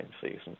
season